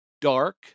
dark